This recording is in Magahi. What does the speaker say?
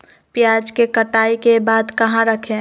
प्याज के कटाई के बाद कहा रखें?